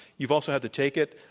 you've also had to take it.